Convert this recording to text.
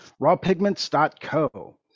rawpigments.co